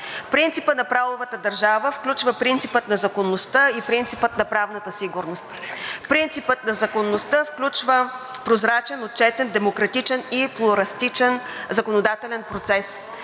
Принципът на правовата държава включва принципа на законността и принципа на правната сигурност. Принципът на законността включва прозрачен, отчетен, демократичен и плуралистичен законодателен процес.